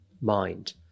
mind